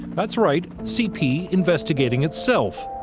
that's right. cp investigating itself.